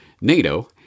NATO